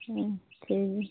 ᱴᱷᱤᱠ ᱜᱮᱭᱟ